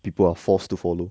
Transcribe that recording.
people are forced to follow